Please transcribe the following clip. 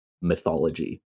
mythology